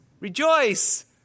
Rejoice